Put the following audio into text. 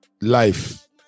life